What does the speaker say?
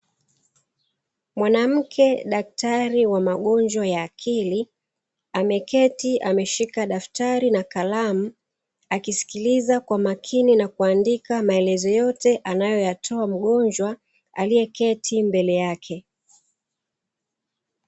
Mwanamke daktari wa magonjwa ya akili, ameketi ameshika daftari na kalamu, akisikiliza kwa makini na kuandika maelezo yote anayoyatoa mgonjwa, aliyeketi mbele yake.